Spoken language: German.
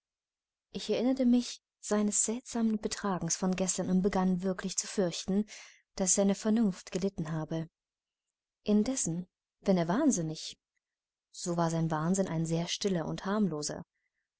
ich erinnerte mich seines seltsamen betragens von gestern und begann wirklich zu fürchten daß seine vernunft gelitten habe indessen wenn er wahnsinnig so war sein wahnsinn ein sehr stiller und harmloser